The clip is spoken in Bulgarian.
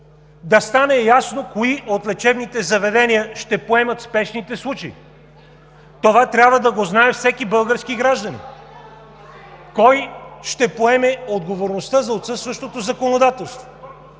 да стане ясно кои от лечебните заведения ще поемат спешните случаи – това трябва да го знае всеки български гражданин. (Шум и реплики.) Кой ще поеме отговорността за отсъстващото законодателство?